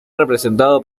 representado